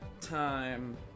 time